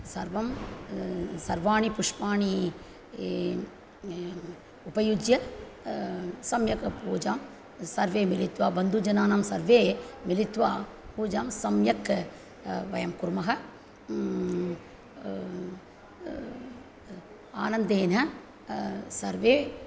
सर्वं सर्वाणि पुष्पाणि उपयुज्य सम्यक् पूजां सर्वे मिलित्वा बन्धुजनानां सर्वे मिलित्वा पूजां सम्यक् वयं कुर्मः आनन्देन सर्वे